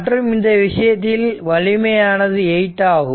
மற்றும் இந்த விஷயத்தில் வலிமையானது 8 ஆகும்